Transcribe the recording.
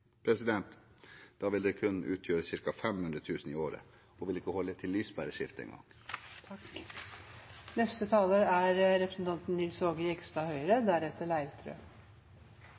Da vil det kun utgjøre ca. 500 000 kr i året og vil ikke holde til lyspæreskift en gang.